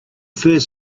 first